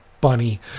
bunny